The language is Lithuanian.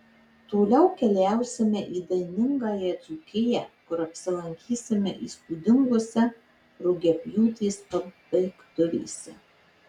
toliau keliausime į dainingąją dzūkiją kur apsilankysime įspūdingose rugiapjūtės pabaigtuvėse